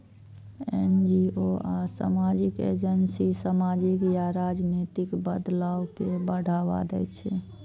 NGO आ सामाजिक agency सामाजिक या राजनीतिक बदलाव कें बढ़ावा दै छै